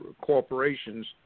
corporations